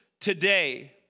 today